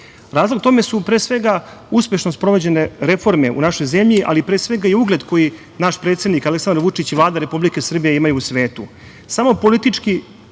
Razlog tome su pre svega uspešno sprovođene reforme u našoj zemlji, ali pre svega i ugled koji naš predsednik Aleksandar Vučić i Vlada Republike Srbije imaju u svetu.